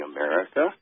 America